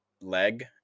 leg